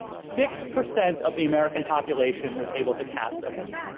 six percent of the american population was able to cast a vote.